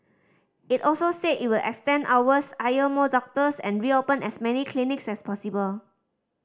it also said it will extend hours hire more doctors and reopen as many clinics as possible